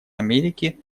америки